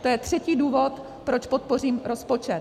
To je třetí důvod, proč podpořím rozpočet.